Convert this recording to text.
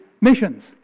missions